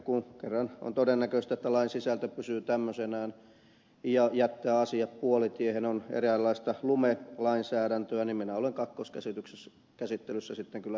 kun kerran on todennäköistä että lain sisältö pysyy tämmöisenään ja jättää asiat puolitiehen se on eräänlaista lumelainsäädäntöä niin minä olen kakkoskäsittelyssä sitten kyllä hylkäyksen kannalla